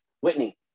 Whitney